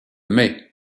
mai